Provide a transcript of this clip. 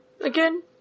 again